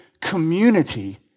community